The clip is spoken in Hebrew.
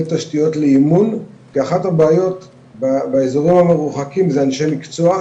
תשתיות לאימון כי אחת הבעיות באזורים מרוחקים זה אנשי מקצוע,